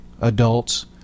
adults